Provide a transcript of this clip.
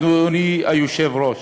אדוני היושב-ראש: